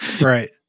right